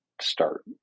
start